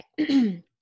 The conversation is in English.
Okay